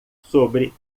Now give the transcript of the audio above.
sobre